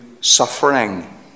suffering